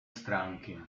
stránky